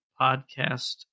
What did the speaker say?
podcast